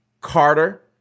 Carter